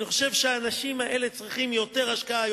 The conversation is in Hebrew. אני חושב שהאנשים האלה צריכים יותר השקעה,